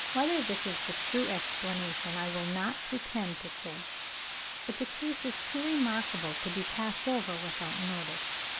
whether this is the true explanation i will not pretend to say but the case is too remarkable to be passed over without notice.